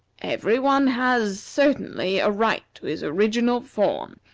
every one has certainly a right to his original form,